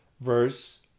verse